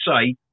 say